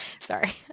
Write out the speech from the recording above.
Sorry